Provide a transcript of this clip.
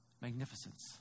magnificence